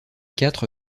quatre